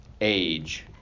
age